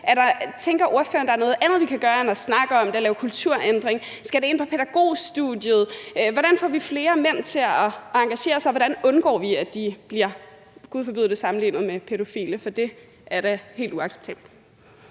Danmark. Tænker ordføreren, at der er noget andet, vi kan gøre, end at snakke om det og lave kulturændringer? Skal det ind på pædagogstudiet? Hvordan får vi flere mænd til at engagere sig? Hvordan undgår vi, at de – gud forbyde det – bliver sammenlignet med pædofile? For det er da helt uacceptabelt.